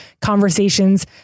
conversations